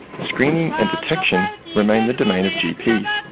screening and detection remain the domain of gps,